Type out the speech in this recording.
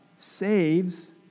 Saves